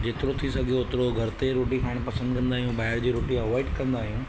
जेतिरो थी सघे ओतिरो घर ते ई रोटी खाइण पसंद कंदा आहियूं ॿाहिरि जी रोटी अवॉइड कंदा आहियूं